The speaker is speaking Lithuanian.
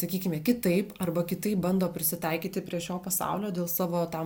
sakykime kitaip arba kitaip bando prisitaikyti prie šio pasaulio dėl savo tam